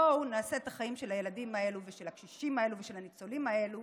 בואו נעשה את החיים של הילדים האלו ושל הקשישים האלו ושל הניצולים האלו